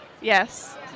Yes